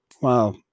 Wow